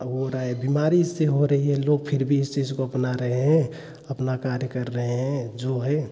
हो रहा है बीमारी इससे हो रही है लोग फ़िर भी इस चीज़ को अपना रहे हैं अपना कार्य कर रहे हैं जो है